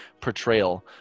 portrayal